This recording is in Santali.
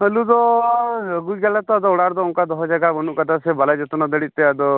ᱟᱹᱞᱩ ᱫᱚᱻ ᱟᱹᱜᱩᱭ ᱜᱮᱭᱟᱞᱮ ᱛᱳ ᱟᱫᱚ ᱚᱲᱟᱜ ᱨᱮᱫᱚ ᱚᱱᱠᱟ ᱫᱚᱦᱚ ᱡᱟᱭᱜᱟ ᱵᱟᱹᱱᱩᱜ ᱟᱠᱟᱫᱟ ᱥᱮ ᱵᱟᱞᱮ ᱡᱚᱛᱱᱚ ᱫᱟᱲᱮᱭᱟᱜ ᱛᱮ ᱟᱫᱚ